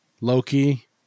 Loki